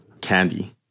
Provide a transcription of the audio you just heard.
candy